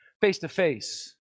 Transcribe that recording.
face-to-face